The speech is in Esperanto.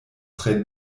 tre